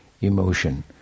emotion